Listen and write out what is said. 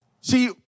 See